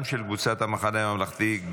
גם של קבוצת המחנה הממלכתי,